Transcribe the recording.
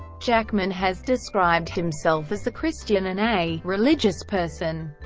jackman has described himself as a christian and a religious person.